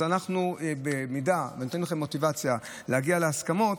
אז במידה שאני נותן לכם מוטיבציה להגיע להסכמות,